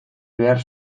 behar